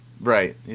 Right